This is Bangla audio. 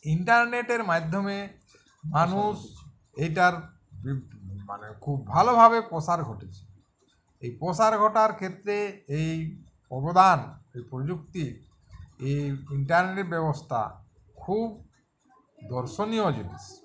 ইন্টারনেটের মাধ্যমে মানুষ এইটা মানে খুব ভালোভাবে পোসার ঘটেছে এই প্রসার ঘটার ক্ষেত্রে এই অবদান এই প্রযুক্তির এই ইন্টারনেট ব্যবস্থা খুব দর্শনীয় জিনিস